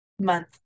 month